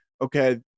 okay